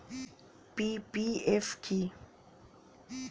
PPF কি?